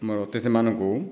ମୋର ଅତିଥିମାନଙ୍କୁ